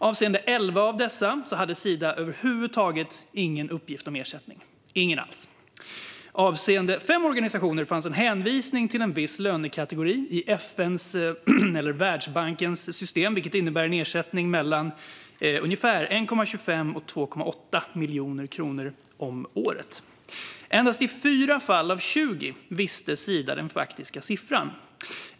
Avseende 11 av dessa hade Sida över huvud taget ingen uppgift om ersättning. Avseende 5 organisationer fanns en hänvisning till en viss lönekategori i Världsbankens system, vilket innebär en ersättning mellan ungefär 1,25 och 2,8 miljoner kronor om året. Endast i 4 av 20 fall visste Sida den faktiska siffran.